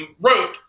wrote